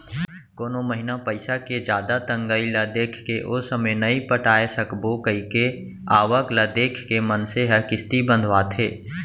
कोनो महिना पइसा के जादा तंगई ल देखके ओ समे नइ पटाय सकबो कइके आवक ल देख के मनसे ह किस्ती बंधवाथे